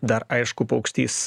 dar aišku paukštys